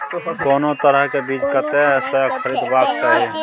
कोनो तरह के बीज कतय स खरीदबाक चाही?